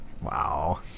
Wow